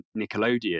Nickelodeon